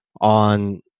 on